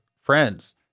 friends